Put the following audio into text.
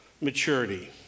maturity